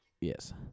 yes